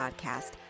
Podcast